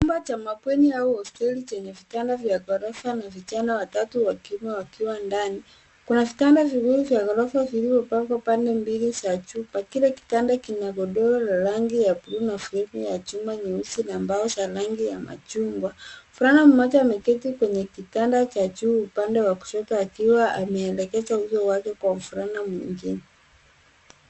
Chumba cha mabweni au hosteli chenye vitanda vya ghorofa na vijana watatu wakiwa ndani. Kuna vitanda viwili vya ghorofa vilivyopangwa pande mbili za chumba. Kila kitanda kina godoro la rangi ya bluu na fremu ya chuma nyeusi na mbao za rangi ya machungwa. Mvulana mmoja ameketi kwenye kitanda cha juu upande wa kushoto akiwa ameelekeza uso wake kwa mvulana mwengine.